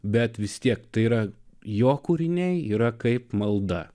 bet vis tiek tai yra jo kūriniai yra kaip malda